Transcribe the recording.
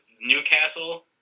newcastle